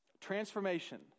transformation